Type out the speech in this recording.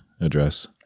address